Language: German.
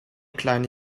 kleine